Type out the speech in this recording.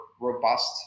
robust